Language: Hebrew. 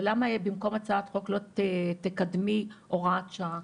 ולמה במקום הצעת חוק לא תקדמי הוראת שעה?